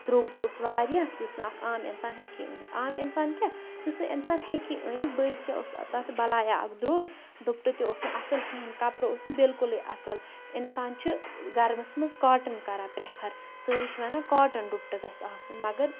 دروگ تہِ اوس واریاہ یُس نہٕ اَکھ عام انسان ہیکی أنِتھ عام انسان کیاہ یُس نہٕ انسان ہیکی أنِتھ بٔلۍ کیٛاہ اوس تَتھ بلایا اَکھ دروگ دُپٹہٕ تہِ اوس نہٕ اصل کِہیٖنۍ کَپر اوس نہٕ بلکُلے اصل انسان چھُ گَرمَس منٛز کاٹن کَران پریفر سٲری چھِ وَنان کاٹن دُپٹہٕ گَژھہِ آسُن مَگر